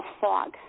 fog